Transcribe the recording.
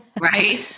Right